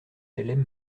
hlm